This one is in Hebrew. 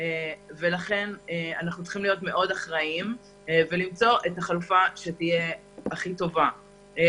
לכן אנחנו צריכים להיות מאוד אחראיים ולמצוא את החלופה הטובה ביותר,